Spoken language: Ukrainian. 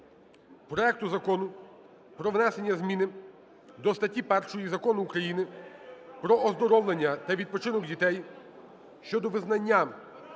проекту Закону про внесення зміни до статті 1 Закону України "Про оздоровлення та відпочинок дітей" щодо визнання